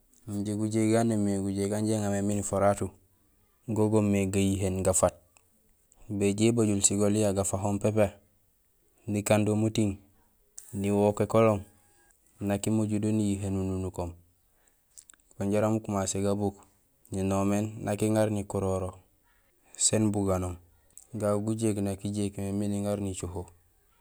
Injé gujéék gaan noomé gujéék ganja iŋa mé miin iforatu go goomé gayihéén gafat béjoow ébajul sigol iya gafahoom pépé nikando muting niwook ékolong nak imojul do niyihéén ununukoom kun jaraam ukumasé gabuk ninoméén nak iŋar nikuroro sin buganoom; gagu gujéék nak ijéék mé miin iŋa nicoho.